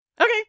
Okay